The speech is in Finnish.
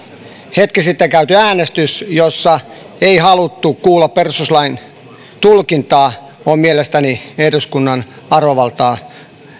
hetki sitten käyty äänestys jossa ei haluttu kuulla perustuslain tulkintaa on mielestäni eduskunnan arvovaltaa